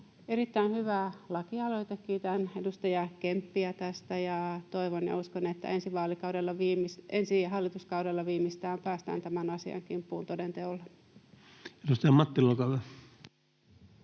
erittäin hyvä lakialoite. Kiitän edustaja Kemppiä tästä, ja toivon ja uskon, että ensi hallituskaudella viimeistään päästään tämän asian kimppuun toden teolla. [Speech 132] Speaker: